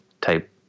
type